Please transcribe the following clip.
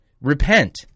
Repent